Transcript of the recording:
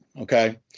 Okay